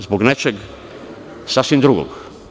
Zbog nečeg sasvim drugog.